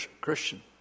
Christian